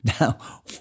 Now